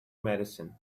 medicine